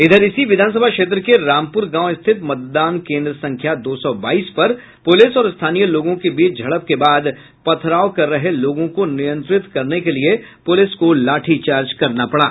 इधर इसी विधानसभा क्षेत्र के रामपूर गांव स्थित मतदान केन्द्र संख्या दो सौ बाईस पर पुलिस और स्थानीय लोगों के बीच झड़प के बाद पथराव कर रहे लोगों को नियंत्रित करने के लिए पुलिस को लाठीचार्ज करना पड़ा